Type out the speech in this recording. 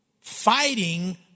fighting